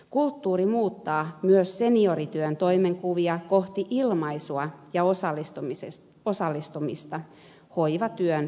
kulttuuri muuttaa myös seniorityön toimenkuvia hoivatyön perinteistä kohti ilmaisua ja osallistumista